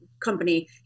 company